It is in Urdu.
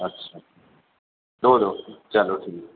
اچھا دو رول چلو ٹھیک ہے